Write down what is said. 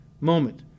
moment